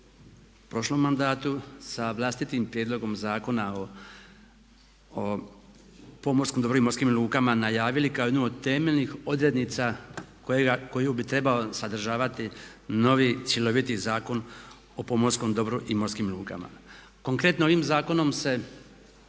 prošlom mandatu sa vlastitim prijedlogom Zakona o pomorskom dobru i morskim lukama najavili kao jednu od temeljnih odrednica koju bi trebao sadržavati noviji cjelovitiji Zakon o pomorskom dobru i morskim lukama. Konkretno ovim zakonom se